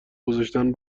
گذاشتن